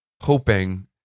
hoping